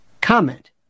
comment